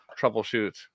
troubleshoot